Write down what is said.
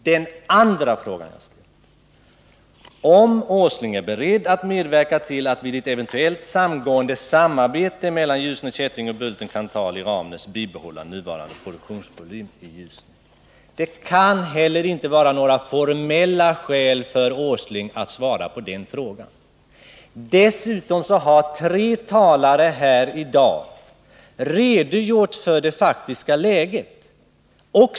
Den andra frågan lyder: Är Nils Åsling beredd att medverka till att vid ett eventuellt samgående/samarbete mellan Ljusne Kätting och Bulten-Kanthal i Ramnäs bibehålla nuvarande produktionsvolym i Ljusne? Det kan inte heller finnas några formella hinder för Nils Åsling att svara också på den frågan. Dessutom har tre talare i dag redogjort för det faktiska läget.